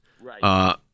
Right